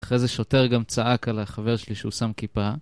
אחרי זה שוטר גם צעק על החבר שלי שהוא שם כיפה